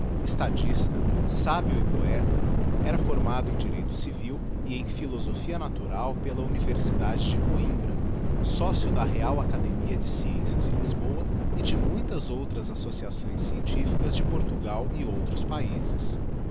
estadista sábio e poeta era formado em direito civil e em p iílosophia natural pela imiversidade de coimbra sócio da real acadeníi de sciencias de lisboa e de muitas outras associações scientiflcas de portugal e outros paizes